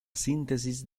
síntesis